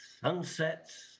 sunsets